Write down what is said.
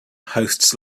hosts